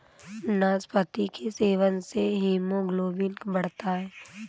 नाशपाती के सेवन से हीमोग्लोबिन बढ़ता है